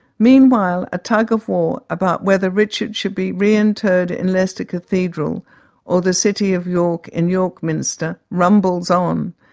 meanwhile, a tug-of-war about whether richard should be re-interred in leicester cathedral or the city of york in york minister, rumbles on.